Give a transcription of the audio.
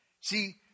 See